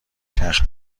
چرخ